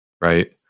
right